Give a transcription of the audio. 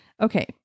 okay